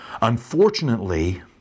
Unfortunately